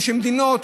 מדינות